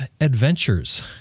Adventures